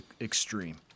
extreme